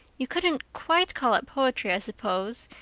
you couldn't quite call it poetry, i suppose,